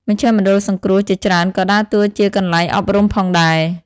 មជ្ឈមណ្ឌលសង្គ្រោះជាច្រើនក៏ដើរតួជាកន្លែងអប់រំផងដែរ។